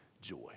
joy